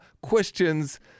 questions